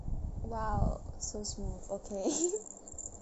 !wow! so smooth okay